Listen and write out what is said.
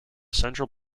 central